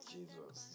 Jesus